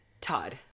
Todd